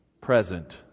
present